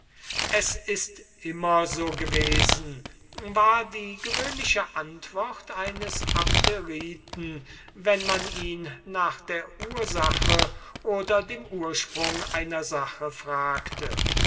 es ist immer so gewesen war die gewöhnliche antwort eines abderiten wenn man ihn nach der ursache oder dem ursprung einer sache fragte